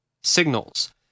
signals